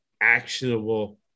actionable